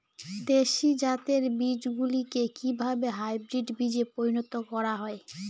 দেশি জাতের বীজগুলিকে কিভাবে হাইব্রিড বীজে পরিণত করা হয়?